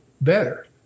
better